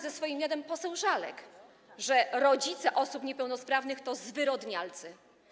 ze swoim jadem poseł Żalek, mówiąc, że rodzice osób niepełnosprawnych to zwyrodnialcy.